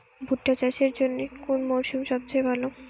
ভুট্টা চাষের জন্যে কোন মরশুম সবচেয়ে ভালো?